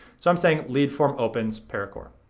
so i'm saying lead form opens paracore.